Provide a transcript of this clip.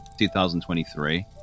2023